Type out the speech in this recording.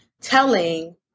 telling